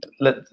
let